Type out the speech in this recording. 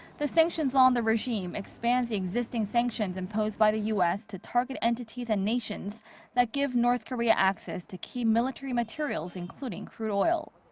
the sanctions law on the regime expands the existing sanctions imposed by the u s. to target entities and nations that give north korea access to key military materials, including crude oil.